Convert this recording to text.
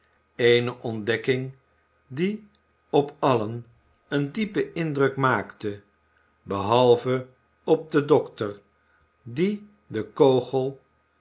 eene ontdekking die op allen een diepen indruk maakte behalve op den dokter die den kogel